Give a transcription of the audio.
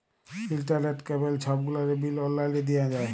ইলটারলেট, কেবল ছব গুলালের বিল অললাইলে দিঁয়া যায়